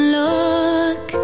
look